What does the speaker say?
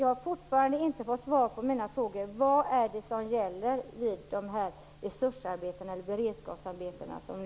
Jag har fortfarande inte fått svar på mina frågor: Vad är det som gäller med dessa beredskapsarbeten?